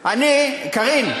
אני, קארין,